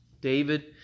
David